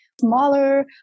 Smaller